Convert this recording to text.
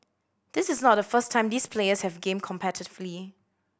this is not the first time these players have gamed competitively